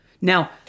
Now